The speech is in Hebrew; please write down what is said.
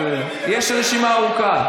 אז יש רשימה ארוכה.